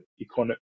economic